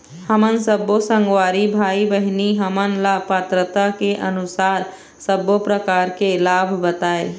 हमन सब्बो संगवारी भाई बहिनी हमन ला पात्रता के अनुसार सब्बो प्रकार के लाभ बताए?